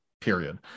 period